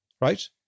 right